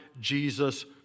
Jesus